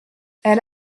elle